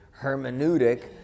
hermeneutic